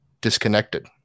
disconnected